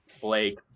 Blake